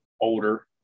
older